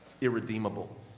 irredeemable